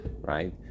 right